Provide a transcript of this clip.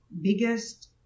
biggest